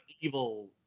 evil